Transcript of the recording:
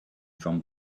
from